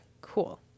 cool